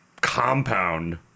compound